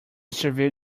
severe